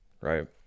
right